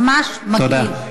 ממש מגעיל.